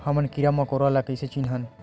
हमन कीरा मकोरा ला कइसे चिन्हन?